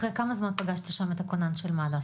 אחרי כמה זמן פגשת שם את הכונן של מד"א?